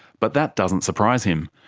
but that doesn't surprise him.